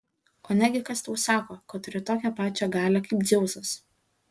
o negi kas tau sako kad turi tokią pačią galią kaip dzeusas